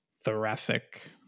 thoracic